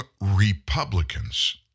Republicans